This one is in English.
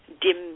dim